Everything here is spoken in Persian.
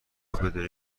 بدون